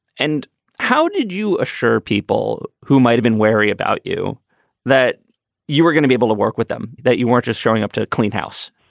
and how did you assure people who might've been wary about you that you were gonna be able to work with them, that you weren't just showing up to a clean house?